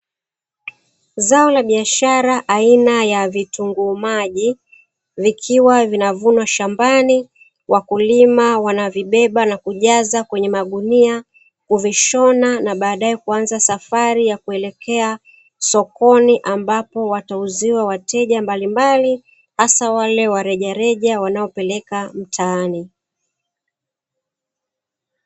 Zao la biashara aina ya vitunguu maji vikiwa vinavunywa shambani wakulima, wanavibeba na kuvijaza kwenye magunia kuvishona na baadae kuanza safari kuelekea sokoni, ambapo watauziwa wateja mbalimbali hasa wale wa rejareja wanao peleka mtaani.